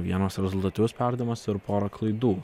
vienas rezultatyvus perdavimas pora klaidų